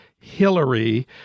Hillary